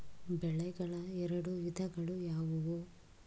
ಬೆಳೆಗಳ ಎರಡು ವಿಧಗಳು ಯಾವುವು?